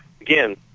Again